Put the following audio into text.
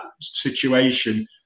situation